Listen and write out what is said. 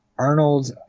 Arnold